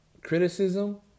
criticism